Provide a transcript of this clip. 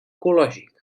ecològic